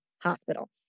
hospital